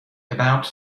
about